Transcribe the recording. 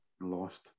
lost